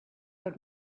per